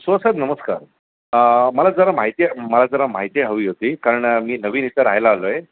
so साहेब नमस्कार मला जरा माहिती मला जरा माहिती हवी होती कारण मी नवीन इथं राहायला आलो आहे